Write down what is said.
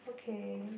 okay